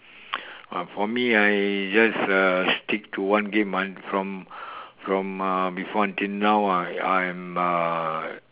for me I just uh stick to one game from from uh before until now I'm I'm uh